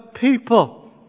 people